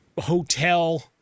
hotel